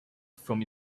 from